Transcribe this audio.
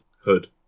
Hood